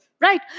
right